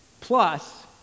plus